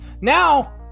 now